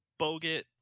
bogut